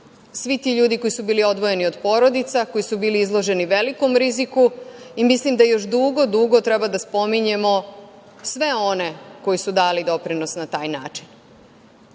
Svi ti ljudi koji su bili odvojeni od porodica, koji su bili izloženi velikom riziku i mislim da još dugo, dugo treba da spominjemo sve one koji su dali doprinos na taj